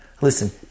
Listen